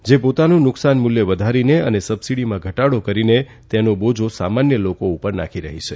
જે પોતાનું નુકસાન મૂલ્ય વધારીને અને સબસીડીમાં ઘટાડો કરીને તેનો બોજા સામાન્ય લોકો ઉપર નાંખી રહી છે